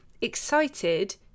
excited